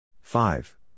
Five